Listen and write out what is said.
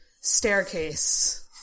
staircase